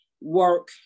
work